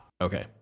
okay